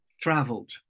traveled